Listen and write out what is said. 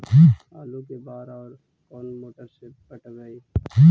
आलू के बार और कोन मोटर से पटइबै?